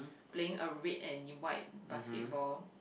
playing a red and white basketball